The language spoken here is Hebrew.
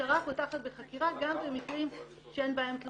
המשטרה פותחת בחקירה גם במקרים שאין בהם תלונות.